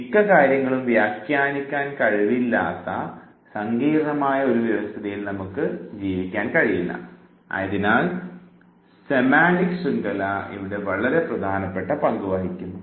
മിക്ക കാര്യങ്ങളും വ്യാഖ്യാനിക്കാൻ കഴിവില്ലാത്ത സങ്കീർണ്ണമായ ഒരു വ്യവസ്ഥയിൽ നമുക്ക് ജീവിക്കാൻ കഴിയില്ല ആയതിനാൽ സെമാൻറിക് ശൃംഖല ഇവിടെ വളരെ പ്രധാനപ്പെട്ട പങ്ക് വഹിക്കുന്നു